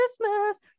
Christmas